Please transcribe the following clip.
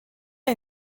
est